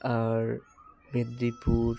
আর Medinipur